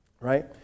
right